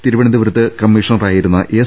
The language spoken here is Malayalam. തിരു വനന്തപുരത്ത് കമ്മിഷണറായിരുന്ന എസ്